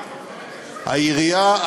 העירייה,